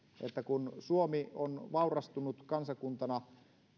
kun suomi on vaurastunut kansakuntana